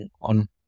on